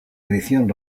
edición